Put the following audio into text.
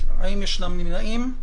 האם יש נמנעים?